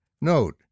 Note